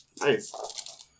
Nice